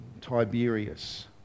Tiberius